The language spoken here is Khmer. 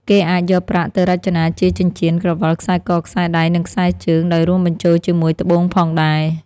គេអាចយកប្រាក់ទៅរចនាជាចិញ្ចៀន ក្រវិល ខ្សែក ខ្សែដៃ និងខ្សែជើង ដោយរួមបញ្ចូលជាមួយត្បូងផងដែរ។